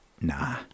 Nah